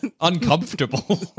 uncomfortable